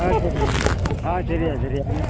ஆம் போட்டுருவோம் ஆ சரிய்யா சரிய்யா அம்